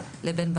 לבין,